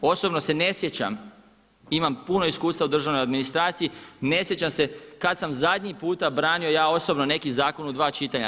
Osobno se ne sjećam, imam puno iskustva u državnoj administraciji, ne sjećam se kada sam zadnji puta branio ja osobno neki zakon u dva čitanja.